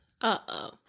Uh-oh